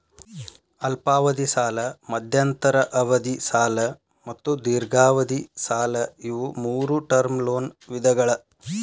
ಅಲ್ಪಾವಧಿ ಸಾಲ ಮಧ್ಯಂತರ ಅವಧಿ ಸಾಲ ಮತ್ತು ದೇರ್ಘಾವಧಿ ಸಾಲ ಇವು ಮೂರೂ ಟರ್ಮ್ ಲೋನ್ ವಿಧಗಳ